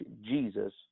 Jesus